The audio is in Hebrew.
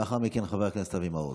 לאחר מכן, חבר הכנסת אבי מעוז.